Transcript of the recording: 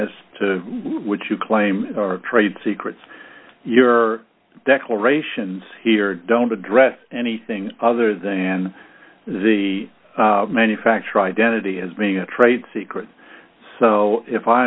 as to what you claim are trade secrets your declarations here don't address anything other than the manufacturer identity as being a trade secret so if i